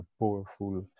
powerful